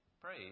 praise